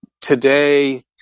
today